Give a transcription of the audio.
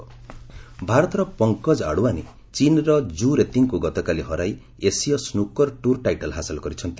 snooker title ଭାରତର ପଙ୍କଜ ଆଡୱାନୀ ଚୀନ୍ର ଜୁ ରେତିଙ୍କୁ ଗତକାଲି ହରାଇ ଏସୀୟ ସ୍ନକର ଟୁର୍ ଟାଇଟଲ୍ ହାସଲ କରିଛନ୍ତି